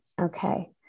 Okay